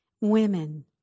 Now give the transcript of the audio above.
women